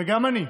וגם אני,